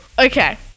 Okay